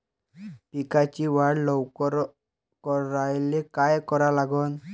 पिकाची वाढ लवकर करायले काय करा लागन?